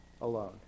alone